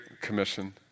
Commission